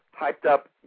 hyped-up